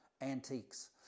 antiques